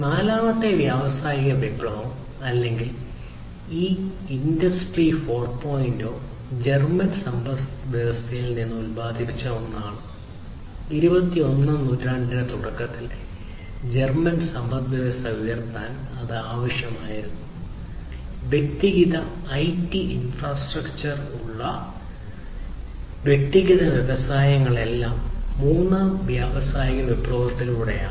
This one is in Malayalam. നാലാമത്തെ വ്യാവസായിക വിപ്ലവം ഉള്ള വ്യക്തിഗത വ്യവസായങ്ങൾ എല്ലാം മൂന്നാം വ്യാവസായിക വിപ്ലവത്തിലൂടെയാണ്